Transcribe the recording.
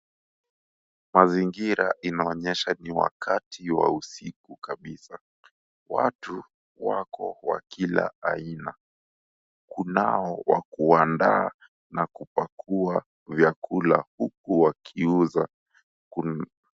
Mazingira inaonyesha ni wakati wa usiku kabisa. Watu wako wa kila aina. Kunao wa kuandaa na kupakua vyakula huku wakiuza.